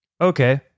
Okay